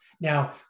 Now